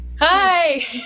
Hi